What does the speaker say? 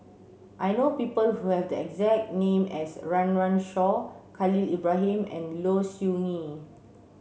I know people who have the exact name as Run Run Shaw Khalil Ibrahim and Low Siew Nghee